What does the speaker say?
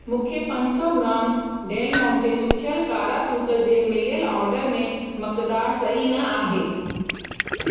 मूंखे पंज सौ ग्राम डैलमोंटे सुखियल कारा तूत जे मिलियल ऑडर में मक़दारु सही न आहे